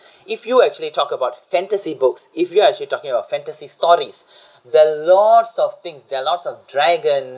if you actually talk about fantasy books if you're actually talking about fantasies stories there a lot of things there a lots of dragon